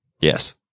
Yes